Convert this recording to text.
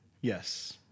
Yes